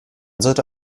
sollte